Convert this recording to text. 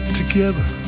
together